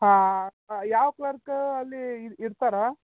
ಹಾಂ ಯಾವ ಕ್ಲರ್ಕ ಅಲ್ಲಿ ಇರ್ ಇರ್ತಾರಾ